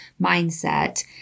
mindset